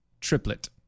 Triplet